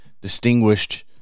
Distinguished